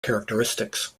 characteristics